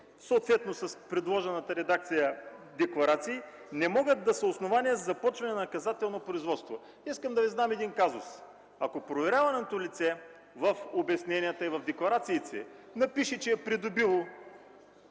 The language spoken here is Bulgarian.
съответно с предложената редакция декларации, не могат да са основания за започване на наказателно производство. Искам да Ви задам един казус. Ако проверяваното лице в обясненията и в декларациите напише, че е придобило